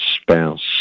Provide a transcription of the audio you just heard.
spouse